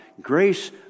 Grace